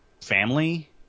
family